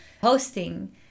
hosting